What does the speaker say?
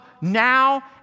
now